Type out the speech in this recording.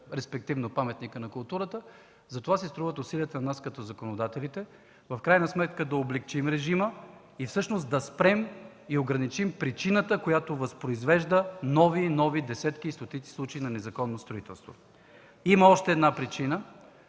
респективно паметникът на културата. Затова си струват нашите усилия като законодатели, в крайна сметка да облекчим режима и всъщност да спрем и ограничим причината, която възпроизвежда нови и нови, десетки и стотици случаи на незаконно строителство. Има още една причина,